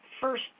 first